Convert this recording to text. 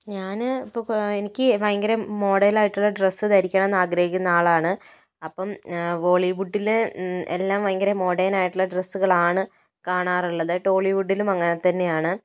ഞാന് ഇപ്പോൾ കൊ ഭയങ്കര മോഡേൺ ആയിട്ടുള്ള ഡ്രസ്സ് ധരിക്കണം എന്നാഗ്രഹിക്കുന്ന ആളാണ് അപ്പം ഹോളിവുഡിലെ എല്ലാം ഭയങ്കര മോഡേന് ആയിട്ടുള്ള ഡ്രസ്സുകളാണ് കാണാറുള്ളത് ടോളിവുഡിലും അങ്ങനെ തന്നെയാണ്